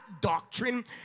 doctrine